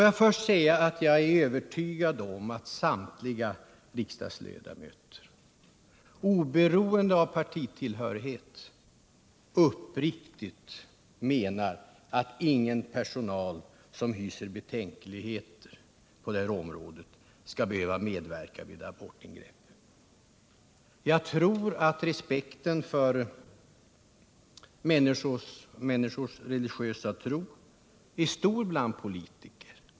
Jag vill nu säga att jag är övertygad om att samtliga riksdagsledamöter, oberoende av partitillhörighet, uppriktigt menar att ingen anställd som hyser betänkligheter däremot skall behöva medverka vid abortingrepp. Jag tror att respekten för människors religiösa uppfattning är stor bland politiker.